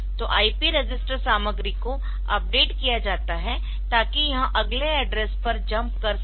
तो IP register सामग्री को अपडेट किया जाता है ताकि यह अगले एड्रेस पर जम्प कर सके